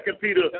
Peter